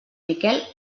miquel